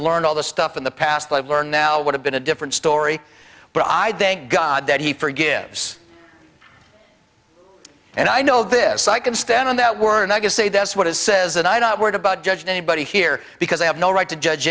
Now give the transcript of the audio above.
learned all the stuff in the past i've learned now would have been a different story but i'd thank god that he forgives and i know this i can stand on that were not to say that's what it says and i'm not worried about judging anybody here because i have no right to judge